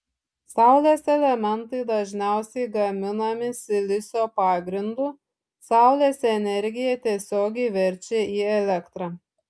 saulės elementai dažniausiai gaminami silicio pagrindu saulės energiją tiesiogiai verčia į elektrą